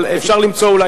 אבל אפשר למצוא אולי,